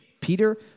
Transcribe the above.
Peter